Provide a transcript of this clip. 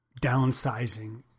downsizing